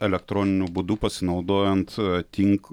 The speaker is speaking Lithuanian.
elektroniniu būdu pasinaudojant tink